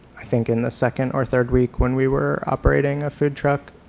i think in the second or third week when we were operating a food truck,